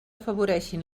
afavoreixin